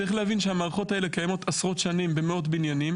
צריך להבין שהמערכות האלה קיימות עשרות שנים במאות בניינים